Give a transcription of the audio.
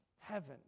heaven